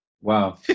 Wow